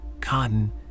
cotton